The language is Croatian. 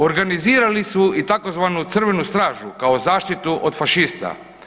Organizirali su i tzv. „Crvenu stražu“ kao zaštitu od fašista.